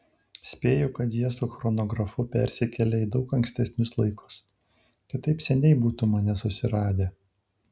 spėju kad jie su chronografu persikėlė į daug ankstesnius laikus kitaip seniai būtų mane susiradę